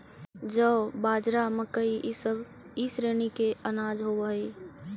जौ, बाजरा, मकई इसब ई श्रेणी के अनाज होब हई